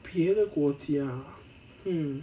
别的国家 ah hmm